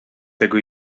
tego